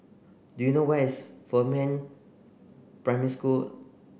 do you know where is Fernvale Primary School